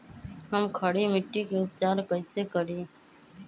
हम खड़ी मिट्टी के उपचार कईसे करी?